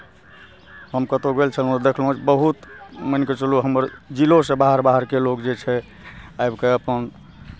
हम कतहु गेल छलहूँ देखलहूँ बहुत मानि कऽ चलू हमर जिलोसँ बाहर बाहरके लोक जे छै आबि कऽ अपन